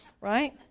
Right